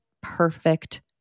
perfect